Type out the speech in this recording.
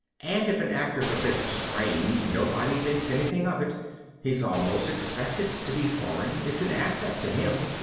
and if an actor's a bit strange nobody thinks anything of it he's almost expected to be foreign, it's an asset to him.